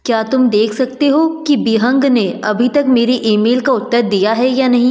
क्या तुम देख सकते हो कि बिहंग ने अभी तक मेरे ईमेल का उत्तर दिया है या नहीं